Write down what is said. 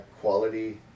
quality